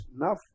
enough